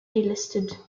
delisted